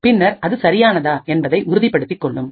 பின்னர் அது சரியானதா என்பதை உறுதிப்படுத்திக் கொள்ளும்